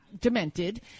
demented